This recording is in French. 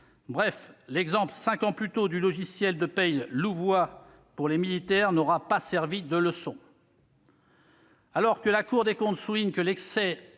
Bref, l'exemple cinq ans plus tôt du logiciel de paie Louvois pour les militaires n'aura pas servi de leçon. Alors que la Cour souligne que l'accès